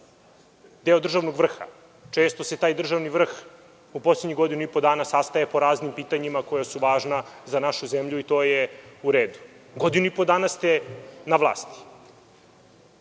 deo državnog vrha. Često se taj državni vrh u poslednjih godinu i po dana sastaje po raznim pitanjima koja su važna za našu zemlju i to je u redu. Godinu i po dana ste na vlasti. Ovim